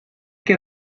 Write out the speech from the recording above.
que